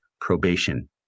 probation